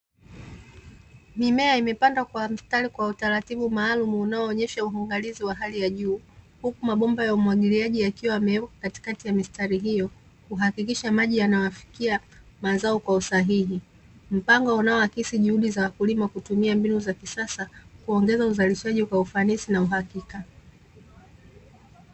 Mimea imepandwa kwa mstari kwa utaratibu maalumu unaonesha uangalizi wa Hali ya juu, huku mabomba ya umwagiliaji yaliyowekwa katikati ya mistari hiyo ilikuhakikisha, mazao yanayafikiwa kwa usahihi mpango unaoakisi juhudi za wakulima, kutumia mfumo wa kisasa kuongeza uzalishaji kwa ufanisi na uhakika.